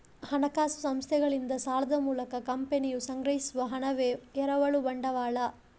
ಹಣಕಾಸು ಸಂಸ್ಥೆಗಳಿಂದ ಸಾಲದ ಮೂಲಕ ಕಂಪನಿಯು ಸಂಗ್ರಹಿಸುವ ಹಣವೇ ಎರವಲು ಬಂಡವಾಳ